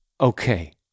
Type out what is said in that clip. okay